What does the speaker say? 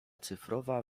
cyfrowa